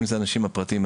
אם זה האנשים הפרטיים,